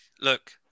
Look